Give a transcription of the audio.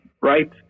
right